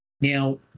Now